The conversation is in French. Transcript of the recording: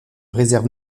réserve